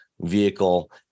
vehicle